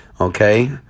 Okay